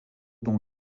dont